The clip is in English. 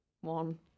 one